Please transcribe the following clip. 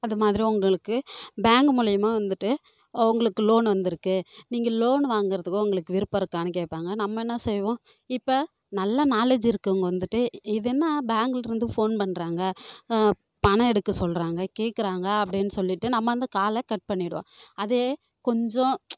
அது மாதிரி உங்களுக்கு பேங்கு மூலியமாக வந்துவிட்டு உங்களுக்கு லோனு வந்து இருக்கு நீங்கள் லோனு வாங்குறதுக்கு உங்களுக்கு விருப்பம் இருக்கான்னு கேட்பாங்க நம்ம என்ன செய்வோம் இப்போ நல்ல நாலேஜ் இருக்கவங்க வந்துவிட்டு இது என்ன பேங்கில் இருந்து ஃபோன் பண்ணுறாங்க பணம் எடுக்க சொல்லுறாங்க கேட்குறாங்க அப்படினு சொல்லிவிட்டு நம்ம அந்த காலை கட் பண்ணிவிடுவோம் அதே கொஞ்சம்